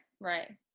Right